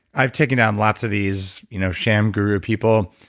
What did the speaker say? i've taken down lots of these you know sham guru of people.